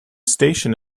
station